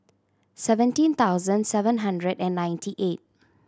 seventeen thousand seven hundred and ninety eight